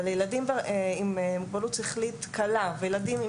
אבל לילדים עם מוגבלות שכלית קלה וילדים עם